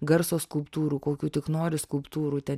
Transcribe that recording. garso skulptūrų kokių tik nori skulptūrų ten